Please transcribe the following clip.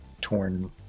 torn